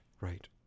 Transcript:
Right